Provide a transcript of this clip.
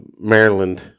Maryland